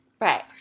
Right